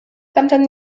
tamten